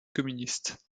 communistes